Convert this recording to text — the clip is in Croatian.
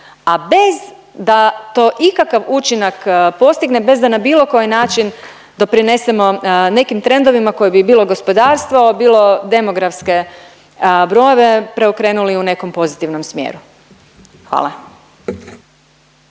a bez da to ikakav učinak postigne, bez da na bilo koji način doprinesemo nekim trendovima koji bi, bilo gospodarstvo, bilo demografske brojeve, preokrenuli u nekom pozitivnom smjeru. Hvala.